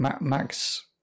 Max